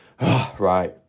right